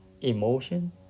emotion